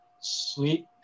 Sweet